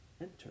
enter